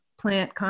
plant